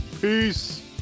Peace